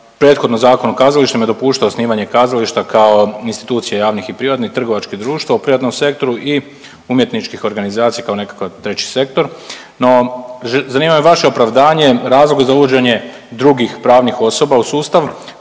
prethodno Zakon o kazalištima je dopuštao snimanje kazališta kao institucije javnih i privatnih i trgovačkih društva u privatnom sektoru i umjetničkih organizacija kao nekakav treći sektor, no zanima me vaše opravdanje i razlog za uvođenje drugih pravnih osoba u sustav,